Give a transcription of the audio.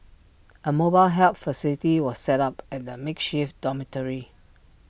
A mobile help facility was set up at the makeshift dormitory